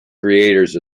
creators